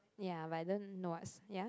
ya but I don't know what's ya